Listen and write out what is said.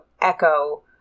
echo